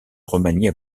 remaniée